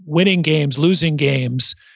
winning games, losing games,